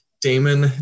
Damon